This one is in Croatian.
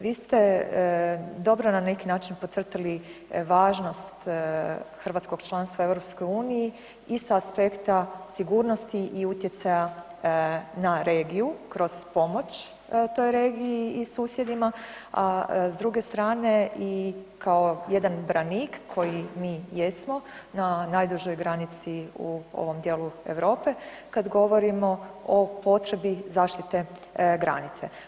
Vi ste dobro na neki način podcrtali važnost hrvatskog članstva u EU i sa aspekta sigurnosti i utjecaja na regiju kroz pomoć toj regiji i susjedima, a s druge strane i kao jedan branik koji mi jesmo na najdužoj granici u ovom dijelu Europu kad govorimo o potrebi zaštite granice.